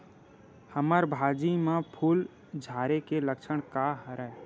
हमर भाजी म फूल झारे के लक्षण का हरय?